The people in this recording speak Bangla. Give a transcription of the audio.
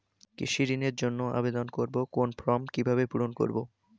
কৃষি ঋণের জন্য আবেদন করব কোন ফর্ম কিভাবে পূরণ করব?